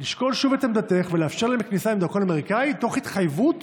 לשקול שוב את עמדתך ולאפשר להם כניסה עם דרכון אמריקאי תוך התחייבות